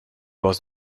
was